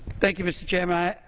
thank you, mr. chairman.